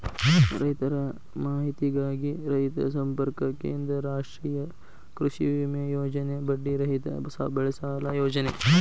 ರೈತರ ಮಾಹಿತಿಗಾಗಿ ರೈತ ಸಂಪರ್ಕ ಕೇಂದ್ರ, ರಾಷ್ಟ್ರೇಯ ಕೃಷಿವಿಮೆ ಯೋಜನೆ, ಬಡ್ಡಿ ರಹಿತ ಬೆಳೆಸಾಲ ಯೋಜನೆ